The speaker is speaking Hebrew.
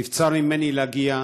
נבצר ממני להגיע,